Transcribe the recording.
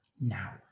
now